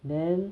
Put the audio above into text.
then